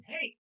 Hey